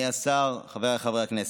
חכם בוסו, בלי, מחלוקת.